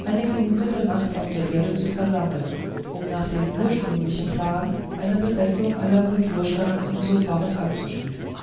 eine genügende macht auf der erde zu versammeln um nach dem ursprünglichen plan eine besetzung aller kulturstaaten sofort anzuschließen